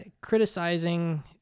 criticizing